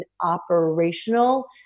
operational